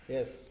Yes